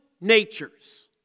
natures